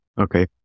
Okay